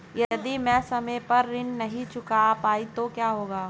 यदि मैं समय पर ऋण नहीं चुका पाई तो क्या होगा?